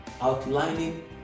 outlining